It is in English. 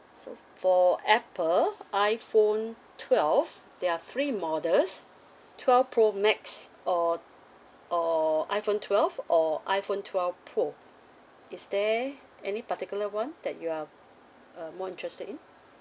so for Apple iPhone twelve there are three models twelve pro max or or iPhone twelve or iPhone twelve pro is there any particular one that you are uh more interested in